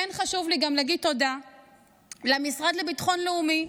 חשוב לי גם להגיד תודה למשרד לביטחון לאומי,